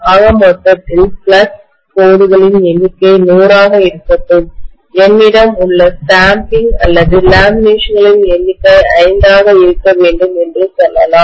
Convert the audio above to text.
ஆக மொத்தத்தில் ஃப்ளக்ஸ் கோடுகளின் எண்ணிக்கை 100 ஆக இருக்கட்டும் என்னிடம் உள்ள ஸ்டாம்பிங் அல்லது லேமினேஷன்களின் எண்ணிக்கை 5 ஆக இருக்க வேண்டும் என்று சொல்லலாம்